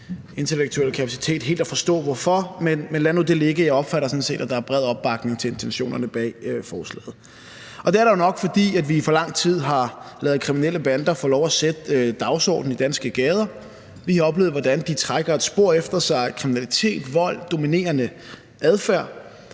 intellektuelle kapacitet helt at forstå hvorfor, men lad nu det ligge. Jeg opfatter sådan set, at der er bred opbakning til intentionerne bag forslaget. Det er der jo nok, fordi vi i for lang tid har ladet kriminelle bander få lov at sætte dagsordenen i de danske gader. Vi har oplevet, hvordan de trækker et spor efter sig af kriminalitet, vold og dominerende adfærd.